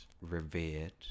Revered